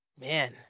Man